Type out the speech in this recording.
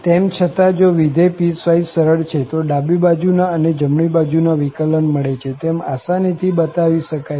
તેમ છતાં જો વિધેય પીસવાઈસ સરળ છે તો ડાબી બાજુ ના અને જમણી બાજુ ના વિકલન મળે છે તેમ આસાની થી બતાવી શકાય છે